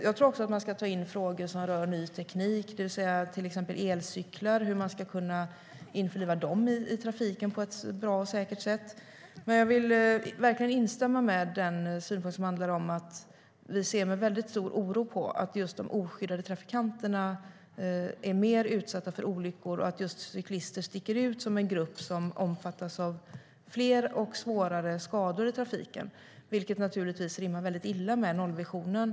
Jag tror också att man ska ta in frågor som rör ny teknik, till exempel hur man ska kunna införliva elcyklar i trafiken på ett bra och säkert sätt. Men jag vill verkligen instämma i den synpunkt som handlar om detta: Vi ser med stor oro på att de oskyddade trafikanterna är mer utsatta för olyckor och att cyklister sticker ut som en grupp som omfattas av fler och svårare skador i trafiken, vilket naturligtvis rimmar väldigt illa med nollvisionen.